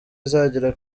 izagera